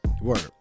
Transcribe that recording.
Word